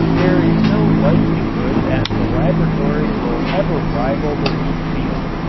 there is no likelihood that the laboratory will ever rival the wheat field.